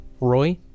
Roy